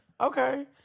Okay